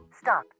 Stop